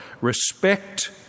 respect